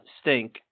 stink